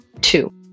Two